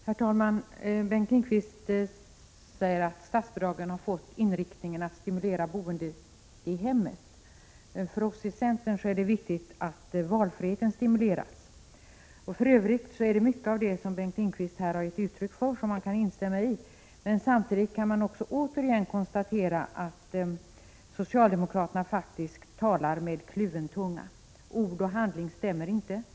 Herr talman! Bengt Lindqvist säger att statsbidragen har fått inriktningen att stimulera boendet i hemmet. För oss i centern är det viktigt att valfriheten stimuleras. För övrigt är det mycket av det som Bengt Lindqvist här har givit uttryck för som man kan instämma i, men samtidigt kan man återigen konstatera att socialdemokraterna talar med kluven tunga. Ord och handling stämmer inte överens.